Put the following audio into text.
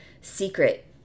secret